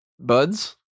Buds